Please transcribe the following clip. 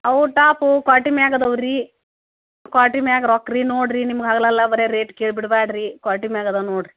ಅವು top quality ಮ್ಯಾಗೆ ಅದಾವೆ ರೀ ಕ್ವಾಲ್ಟಿ ಮ್ಯಾಗೆ ರೊಕ್ಕ ರೀ ನೋಡಿರಿ ನಿಮ್ಗೆ ಹಗಲಲ್ಲ ಬರಿ ರೇಟ್ ಕೇಳಿ ಬಿಡ್ಬ್ಯಾಡಿ ರೀ ಕ್ವಾಲ್ಟಿ ಮ್ಯಾಗೆ ಅದಾವೆ ನೋಡಿರಿ